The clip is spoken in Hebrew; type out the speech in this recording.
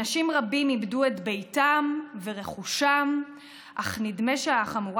אנשים רבים איבדו את ביתם ורכושם אך נדמה שהחמורה